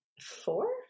Four